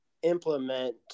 implement